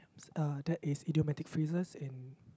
uh that is idiomatic phrases and